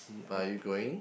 but are you going